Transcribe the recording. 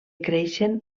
creixen